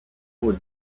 was